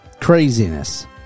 Craziness